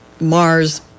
Mars